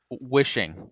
wishing